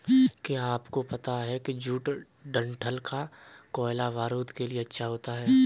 क्या आपको पता है जूट डंठल का कोयला बारूद के लिए अच्छा होता है